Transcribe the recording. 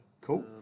Cool